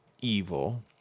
evil